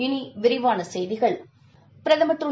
இனிவிரிவானசெய்திகள் பிரதமர் திரு